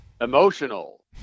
emotional